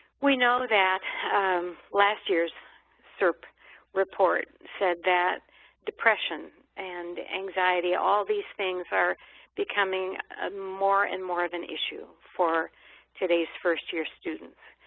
we know that last year's serp report said that depression and anxiety, all these things, are becoming ah more and more of an issue for today's first-year students.